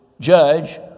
judge